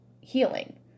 healing